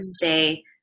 say